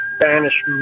Spanish